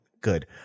Good